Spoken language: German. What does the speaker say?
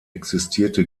existierte